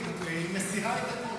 היא מסירה את הכול.